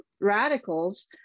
radicals